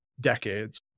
decades